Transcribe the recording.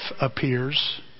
appears